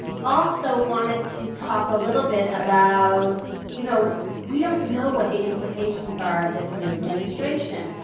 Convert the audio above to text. also wanted to talk a little bit about you know we don't know what the implications are of this new administration.